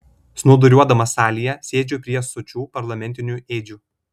snūduriuodamas salėje sėdžiu prie sočių parlamentinių ėdžių